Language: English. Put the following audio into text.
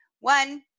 one